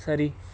Surrey